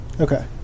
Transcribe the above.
Okay